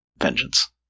vengeance